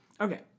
Okay